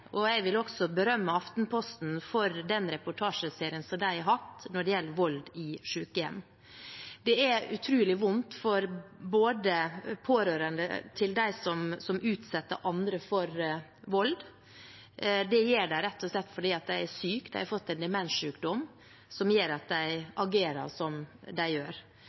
og jeg vil også berømme Aftenposten for den reportasjeserien de har hatt når det gjelder vold i sykehjem. Det er utrolig vondt for de pårørende til dem som utsetter andre for vold – noe de gjør rett og slett fordi de er syke; de har fått en demenssykdom som gjør at de agerer som de gjør.